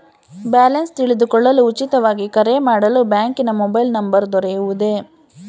Balance ತಿಳಿದುಕೊಳ್ಳಲು ಉಚಿತವಾಗಿ ಕರೆ ಮಾಡಲು ಬ್ಯಾಂಕಿನ ಮೊಬೈಲ್ ನಂಬರ್ ದೊರೆಯುವುದೇ?